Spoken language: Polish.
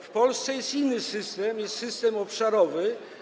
W Polsce jest inny system, system obszarowy.